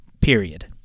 period